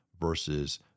versus